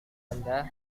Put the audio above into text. anda